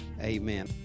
amen